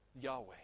Yahweh